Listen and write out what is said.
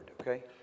Okay